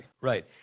Right